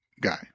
guy